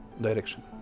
direction